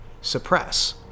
suppress